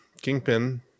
Kingpin